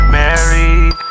married